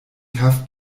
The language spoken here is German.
kaff